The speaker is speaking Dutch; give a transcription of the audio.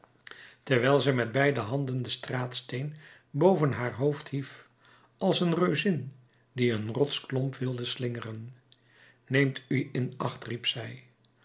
terwijl zij met beide handen den straatsteen boven haar hoofd hief als een reuzin die een rotsklomp wil slingeren neemt u in acht riep zij